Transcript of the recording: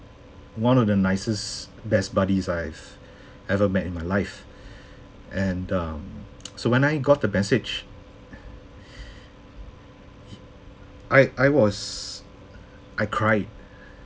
one of the nicest best buddies I've ever met in my life and um so when I got the message I I was I cried